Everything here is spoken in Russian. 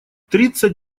тридцать